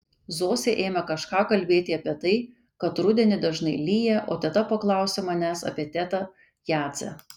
zosė ėmė kažką kalbėti apie tai kad rudenį dažnai lyja o teta paklausė manęs apie tetą jadzę